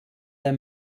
der